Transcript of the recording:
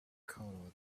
colored